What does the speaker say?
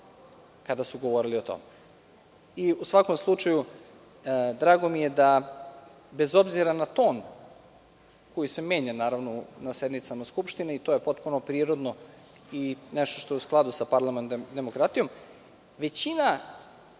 kada su govorili o tome.U svakom slučaju, drago mi je da, bez obzira na ton koji se menja na sednicama Skupštine i to je potpuno prirodno i nešto što je u skladu sa parlamentarnom demokratijom, većina